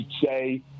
say